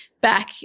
back